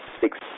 six